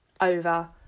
over